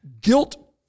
guilt